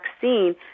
vaccine